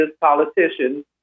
politicians